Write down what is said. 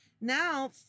now